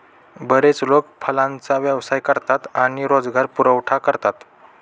बरेच लोक फळांचा व्यवसाय करतात आणि रोजगार पुरवठा करतात